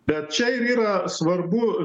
bet čia ir yra svarbu